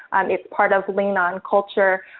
um it's part of lingnan culture.